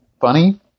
funny